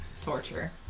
torture